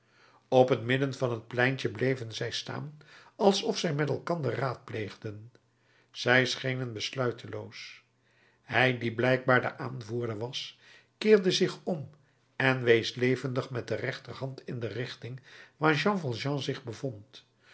op t midden van t pleintje bleven zij staan alsof zij met elkander raadpleegden zij schenen besluiteloos hij die blijkbaar de aanvoerder was keerde zich om en wees levendig met de rechterhand in de richting waar jean valjean zich bevond